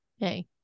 Hey